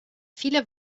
viele